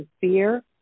fear